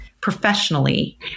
professionally